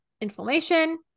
inflammation